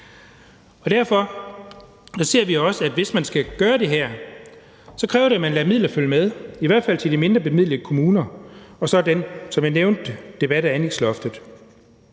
Derfor siger vi også, at det, hvis man skal gøre det her, kræver, at man lader midler følge med, i hvert fald til de mindrebemidlede kommuner og så dem, som jeg nævnte under debatten om anlægsloftet.